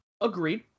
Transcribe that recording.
Agreed